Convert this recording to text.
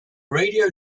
radio